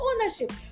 ownership